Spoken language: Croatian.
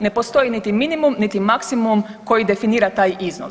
Ne postoji niti minimum niti maksimum koji definira taj iznos.